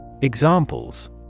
Examples